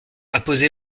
apposé